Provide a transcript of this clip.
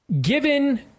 Given